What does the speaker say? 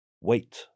wait